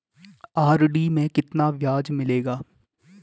RD में कितना ब्याज मिलेगा?